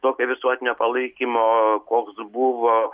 tokio visuotinio palaikymo koks buvo